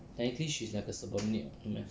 technically she's like a subordinate [what] no meh